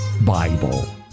Bible